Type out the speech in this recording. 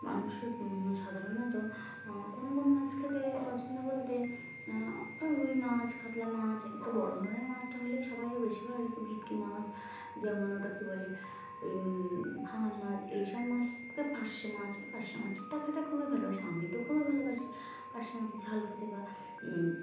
মানুষ সাধারণত কোন কোন মাছ খেতে পছন্দ বলতে রুই মাছ কাতলা মাছ একটু বড়ো ধরনের মাছটা হলেই সবাইয়ের বেশিরভাগ হলে এক ভেটকি মাছ যেমন ওটা কী বলে ওই ভাংগন মাছ এই সব মাছকে পারশে মাছ এই পারশে মাছটা খেতে খুবই ভালোবাসি আমি তো খুবই ভালোবাসি পারশে মাছের ঝাল খেতে বা